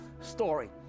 story